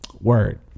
word